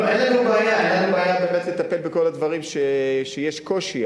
אין לנו בעיה לטפל בכל הדברים שיש קושי,